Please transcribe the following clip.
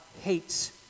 hates